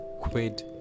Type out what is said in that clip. quid